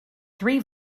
three